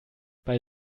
bei